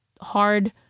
hard